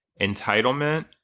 Entitlement